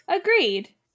Agreed